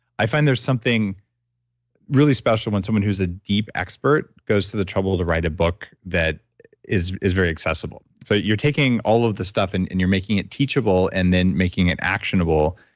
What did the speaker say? i find there's something really special when someone who's a deep expert goes to the trouble to write a book that is is very accessible. so you're taking all of this stuff and and you're making it teachable, and then making it actionable.